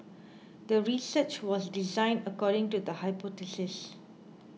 the research was designed according to the hypothesis